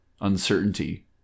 uncertainty